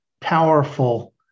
powerful